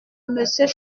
monsieur